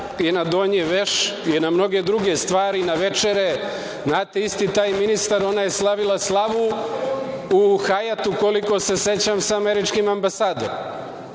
i na donji veš i na mnoge druge stvari, na večere. Znate, isti taj ministar, ona je slavila u Hajatu, koliko se sećam sa američkim ambasadorom.